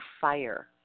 fire